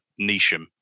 Nisham